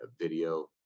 video